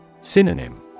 Synonym